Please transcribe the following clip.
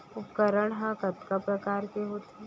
उपकरण हा कतका प्रकार के होथे?